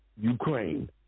Ukraine